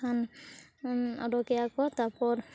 ᱠᱷᱟᱱ ᱚᱰᱚᱠᱮᱭᱟ ᱠᱚ ᱛᱟᱨᱯᱚᱨ